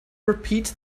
repeat